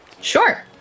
Sure